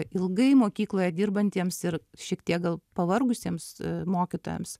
ilgai mokykloje dirbantiems ir šiek tiek gal pavargusiems mokytojams